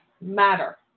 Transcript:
matter